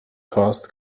cost